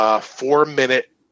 four-minute